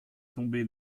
tombé